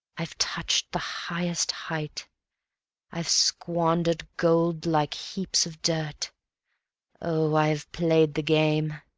i've touched the highest height i've squandered gold like heaps of dirt oh, i have played the game